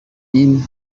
این